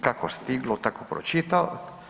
Kako stiglo tako pročitao.